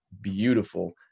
beautiful